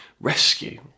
rescue